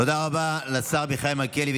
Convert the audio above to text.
תודה רבה לשר מיכאל מלכיאלי.